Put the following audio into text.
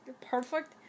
perfect